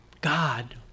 God